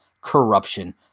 corruption